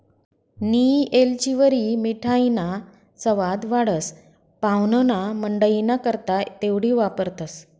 नियी येलचीवरी मिठाईना सवाद वाढस, पाव्हणामंडईना करता तेवढी वापरतंस